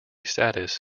status